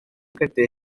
credu